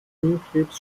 lungenkrebs